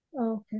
Okay